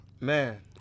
Man